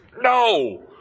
no